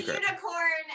unicorn